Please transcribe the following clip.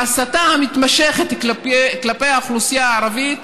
ההסתה המתמשכת כלפי האוכלוסייה הערבית